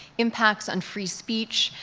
impacts on free speech,